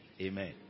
Amen